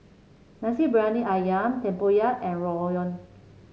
Nasi Briyani ayam tempoyak and rawon